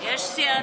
יש שיאנים.